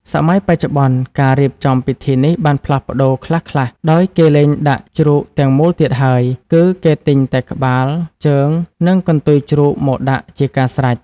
សម័យបច្ចុប្បន្ន ការរៀបចំពិធីនេះបានផ្លាស់ប្តូរខ្លះៗ ដោយគេលែងដាក់ជ្រូកទាំងមូលទៀតហើយ គឺគេទិញតែក្បាល ជើង និងកន្ទុយជ្រូកមកដាក់ជាការស្រេច។